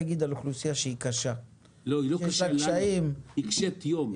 היא קשת יום.